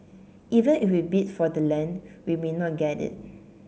even if we bid for the land we may not get it